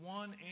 one